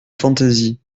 fantaisie